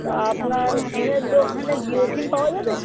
তা আপনার সিমের দোখানে জিও সিম পাওয়া যাবে